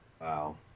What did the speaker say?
Wow